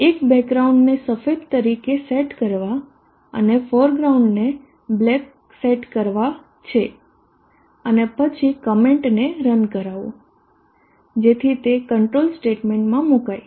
એક બેક ગ્રાઉન્ડને સફેદ તરીકે સેટ કરવા અને ફોરગ્રાઉન્ડની બ્લેક સેટ કરવા છે અને પછી કોમેન્ટને રન કરાવો જેથી તે કંટ્રોલ સ્ટેટમેંટમાં મુકાય